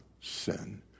sin